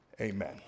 Amen